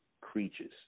creatures